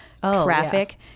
traffic